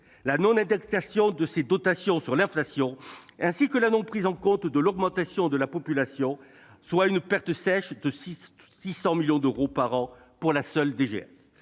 la non-indexation de ces dotations sur l'inflation et l'absence de prise en compte de l'augmentation de la population, soit une perte sèche de 600 millions d'euros par an pour la seule DGF.